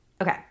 Okay